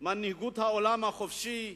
מנהיגות העולם החופשי,